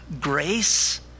grace